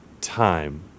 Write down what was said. time